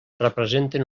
representen